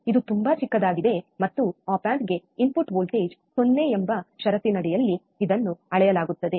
ಇದು ತುಂಬಾ ಚಿಕ್ಕದಾಗಿದೆ ಮತ್ತು ಆಪ್ ಆಂಪಿಗೆ ಇನ್ಪುಟ್ ವೋಲ್ಟೇಜ್ 0 ಎಂಬ ಷರತ್ತಿನಡಿಯಲ್ಲಿ ಇದನ್ನು ಅಳೆಯಲಾಗುತ್ತದೆ